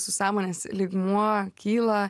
sąmonės lygmuo kyla